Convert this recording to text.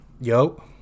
Yo